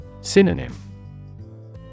Synonym